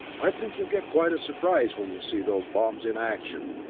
i think you'll get quite a surprise when you see those bombs in action!